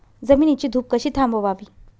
जमिनीची धूप कशी थांबवावी?